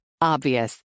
Obvious